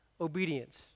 Obedience